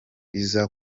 iza